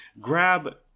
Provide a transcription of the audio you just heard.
grab